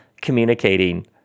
communicating